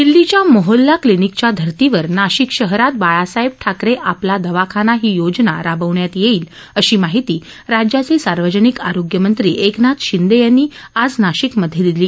दिल्लीच्या मोहल्ला क्लिनिकच्या धर्तीवर नाशिक शहरात बाळासाहेब ठाकरे आपला दवाखाना योजना राबविण्यात येईल अशी माहिती राज्याचे सार्वजनिक आरोग्य मंत्री एकनाथ शिंदे यांनी आज नाशिकमध्ये दिली